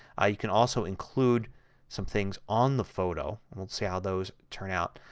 ah you can also include some things on the photo. we'll see how those turn out.